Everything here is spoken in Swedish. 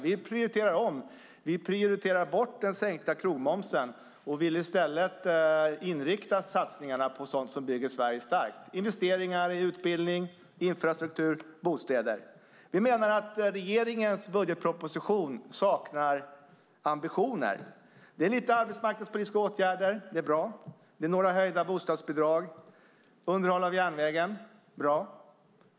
Vi prioriterar bort den sänkta krogmomsen och vill i stället inrikta satsningarna på sådant som bygger Sverige starkt: investeringar i utbildning, infrastruktur och bostäder. Vi menar att regeringens budgetproposition saknar ambitioner. Det är lite arbetsmarknadspolitiska åtgärder - det är bra. Det är några höjda bostadsbidrag och underhåll av järnväg - bra.